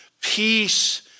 Peace